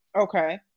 Okay